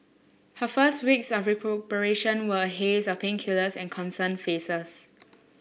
her first weeks of recuperation were a haze of painkillers and concerned faces